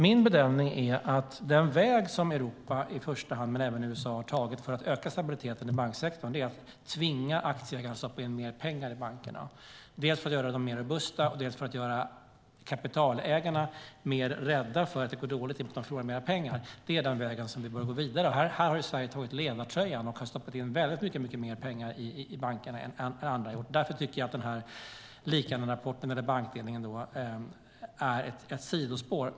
Min bedömning är att den väg som i första hand Europa, men även USA, har tagit för att öka stabiliteten i banksektorn är att tvinga aktieägarna att stoppa in mer pengar i bankerna, dels för att göra dem mer robusta, dels för att göra kapitalägarna mer rädda för att om det går dåligt förlorar de mer pengar. Det är den väg som vi bör gå vidare på. Här har Sverige tagit på ledartröjan och har stoppat in väldigt mycket mer pengar i bankerna än andra har gjort. Därför tycker jag att Liikanenrapporten om bankdelning är ett sidospår.